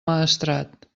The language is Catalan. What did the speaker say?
maestrat